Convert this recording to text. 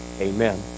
amen